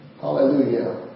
Hallelujah